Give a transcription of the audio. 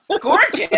gorgeous